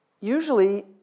usually